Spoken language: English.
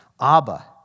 Abba